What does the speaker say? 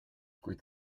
kuid